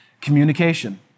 communication